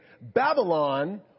Babylon